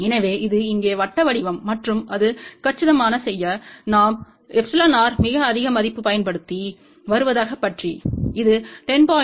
எனவே இது இங்கே வட்ட வடிவம் மற்றும் அது கச்சிதமான செய்ய நாம் εr மிக அதிக மதிப்பு பயன்படுத்தி வருவதாகபற்றி இது 10